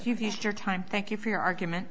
you your time thank you for your argument